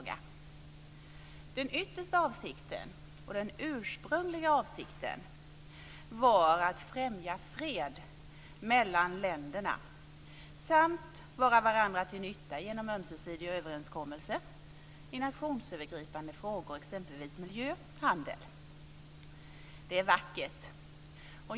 Den yttersta avsikten - och den ursprungliga avsikten - var att främja fred mellan länderna och vara varandra till nytta genom ömsesidiga överenskommelser i nationsövergripande frågor, t.ex. miljö och handel. Det är vackert.